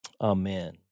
amen